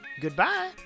Goodbye